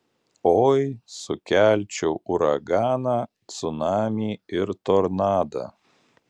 oi sukelčiau uraganą cunamį ir tornadą